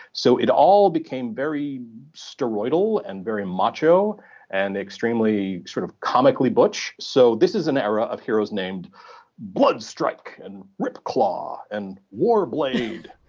so it all became very steroidal and very macho and extremely sort of comically butch. so this is an era of heroes named bloodstrike and ripclaw and warblade,